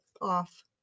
off